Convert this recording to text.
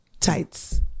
Tights